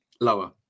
lower